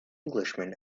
englishman